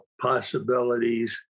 possibilities